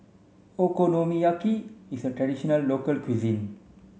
Okonomiyaki is a traditional local cuisine